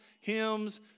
hymns